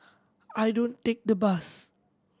I don't take the bus